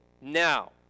Now